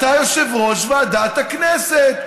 אתה יושב-ראש ועדת הכנסת.